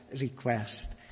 request